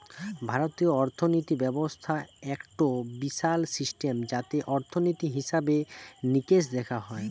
ভারতীয় অর্থিনীতি ব্যবস্থা একটো বিশাল সিস্টেম যাতে অর্থনীতি, হিসেবে নিকেশ দেখা হয়